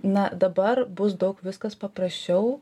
na dabar bus daug viskas paprasčiau